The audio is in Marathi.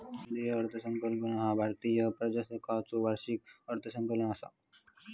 केंद्रीय अर्थसंकल्प ह्या भारतीय प्रजासत्ताकाचो वार्षिक अर्थसंकल्प असा